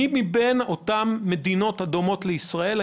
אצל מי מבין אותן מדינות שדומות לישראל יש ניסיון מוצלח?